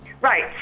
Right